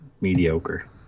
mediocre